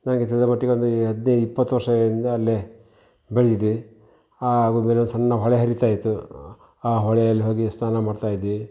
ನನಗೆ ತಿಳಿದ ಮಟ್ಟಿಗೆ ಒಂದು ಹದಿನೈದು ಇಪ್ಪತ್ತು ವರ್ಷಗಳಿಂದ ಅಲ್ಲೇ ಬೆಳೆದಿದ್ದೆ ಆ ಆಗುಂಬೆಯಲ್ಲಿ ಸಣ್ಣ ಹೊಳೆ ಹರಿತಾಯಿತ್ತು ಆ ಹೊಳೆಯಲ್ಲಿ ಹೋಗಿ ಸ್ನಾನ ಮಾಡ್ತಾಯಿದ್ವಿ